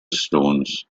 stones